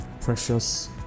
precious